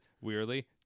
wearily